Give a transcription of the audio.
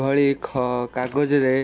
ଭଳି ଖ କାଗଜରେ